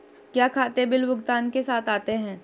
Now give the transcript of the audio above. क्या खाते बिल भुगतान के साथ आते हैं?